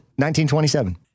1927